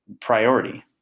priority